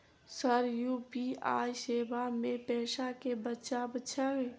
Sir UPI सेवा मे पैसा केँ बचाब छैय?